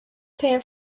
pan